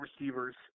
receivers